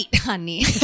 honey